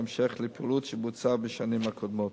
כהמשך לפעילות שבוצעה בשנים הקודמות.